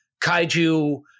Kaiju